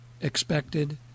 expected